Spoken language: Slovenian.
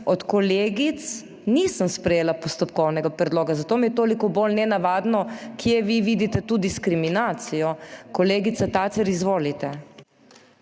od kolegic, nisem sprejela postopkovnega predloga, zato mi je toliko bolj nenavadno kje vi vidite tu diskriminacijo. Kolegica Tacer, izvolite.